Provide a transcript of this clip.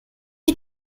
you